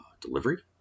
delivery